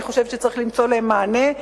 אני חושבת שצריך למצוא להם מענה.